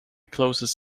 closest